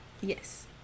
Yes